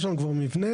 יש לנו כבר מבנה.